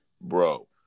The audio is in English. Bro